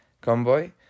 Convoy